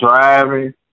driving